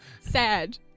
Sad